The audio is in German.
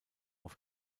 auf